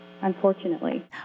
unfortunately